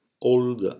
old